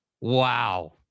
Wow